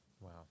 Wow